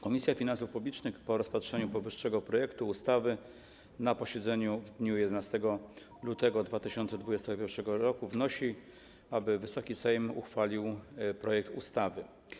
Komisja Finansów Publicznych po rozpatrzeniu powyższego projektu ustawy na posiedzeniu w dniu 11 lutego 2021 r. wnosi, aby Wysoki Sejm uchwalił projekt ustawy.